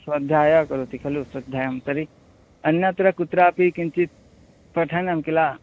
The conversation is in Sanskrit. स्वाध्यायं करोति खलु स्वध्यायं तर्हि अन्यत्र कुत्रापि किञ्चित् पठनं खिल